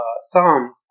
Psalms